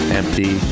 empty